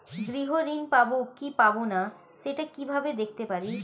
গৃহ ঋণ পাবো কি পাবো না সেটা কিভাবে দেখতে পারি?